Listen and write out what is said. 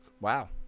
wow